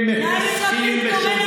מזל שלכם יש